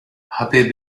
happy